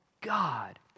God